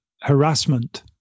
harassment